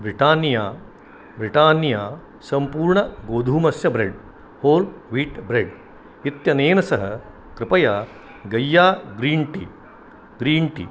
Britannia Britannia सम्पूर्णगोधूमस्य bread whole wheat bread इत्यनेन सह कृपया Gaia green tea green T